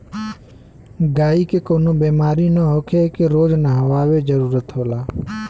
गायी के कवनो बेमारी ना होखे एके रोज नहवावे जरुरत होला